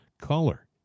color